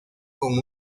con